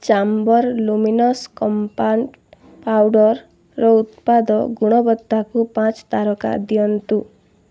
Chambor luminous compact ପାଉଡ଼ରର ଉତ୍ପାଦ ଗୁଣବତ୍ତାକୁ ପାଞ୍ଚ ତାରକା ଦିଅନ୍ତୁ